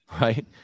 right